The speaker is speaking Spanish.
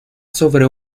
sobre